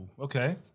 Okay